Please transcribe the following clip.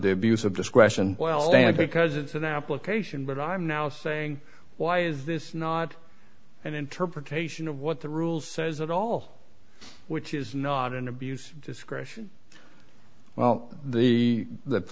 the abuse of discretion well because it's an application but i'm now saying why is this not an interpretation of what the rule says at all which is not an abuse of discretion well the